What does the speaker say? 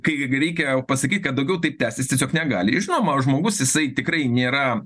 kai reikia pasakyt kad daugiau taip tęsis tiesiog negali ir žinoma žmogus jisai tikrai nėra